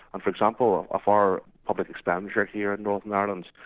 and for example, of of our public expenditure here in northern ireland,